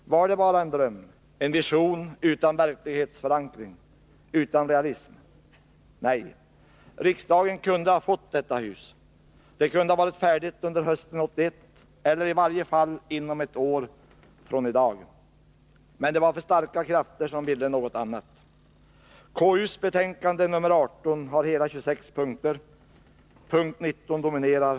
”x Var det bara en dröm, en vision utan verklighetsförankring, utan realism? Nej, riksdagen kunde ha fått detta hus! Det kunde ha varit färdigt under hösten 1981, eller i varje fall inom ett år från i dag. Men det var för starka krafter som ville något annat. Konstitutionsutskottets betänkande nr 23 har hela 26 punkter — p. 19 dominerar.